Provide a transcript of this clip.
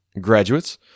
graduates